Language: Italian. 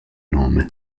nome